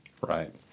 right